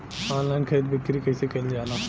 Online खरीद बिक्री कइसे कइल जाला?